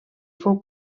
fou